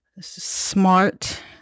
smart